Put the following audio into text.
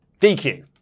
DQ